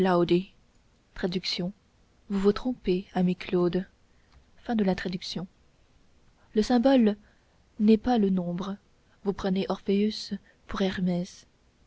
le symbole n'est pas le nombre vous prenez orpheus pour hermès